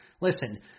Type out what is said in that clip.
listen